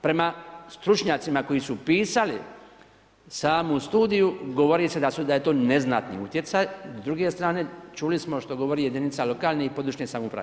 Prema stručnjacima koji su pisali, samu studiju, govori se da je to neznatni utjecaj, s druge strane, čuli smo što govori jedinica lokalne i područne samouprave.